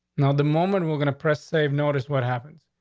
now, the moment we're going to press, save notice, what happens?